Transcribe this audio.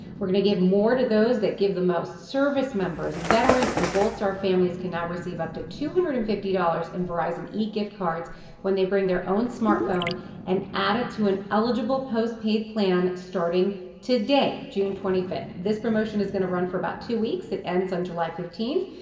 we're going to give more to those that give the most. service members, veterans and gold star families can now receive up to two hundred and fifty dollars in verizon egiftcards when they bring their own smartphone and add it to an eligible post-paid plan, starting today, june twenty fifth. this promotion is going to run for about two weeks. it ends on july fifteenth,